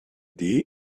dvd